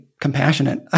compassionate